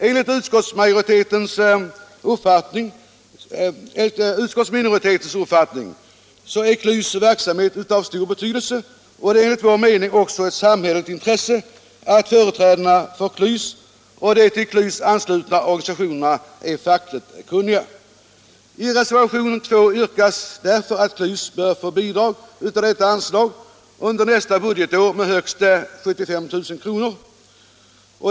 Enligt utskottsminoritetens uppfattning är KLYS verksamhet av stor betydelse, och det är enligt vår mening också ett samhälleligt intresse att företrädarna för KLYS och de till KLYS anslutna organisationerna är fackligt kunniga. I reservationen 2 yrkas därför att KLYS bör få bidrag av detta anslag under nästa budgetår med högst 75 000 kr.